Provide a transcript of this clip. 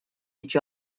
each